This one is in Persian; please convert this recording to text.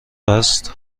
است